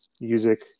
music